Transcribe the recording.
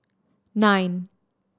nine